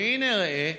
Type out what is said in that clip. והינה, ראה,